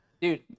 Dude